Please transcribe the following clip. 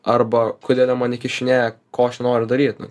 arba kodėl jie man įkišinėja ko aš nenoriu daryt nu